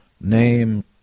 Name